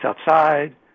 outside